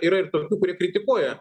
yra ir tokių kurie kritikuoja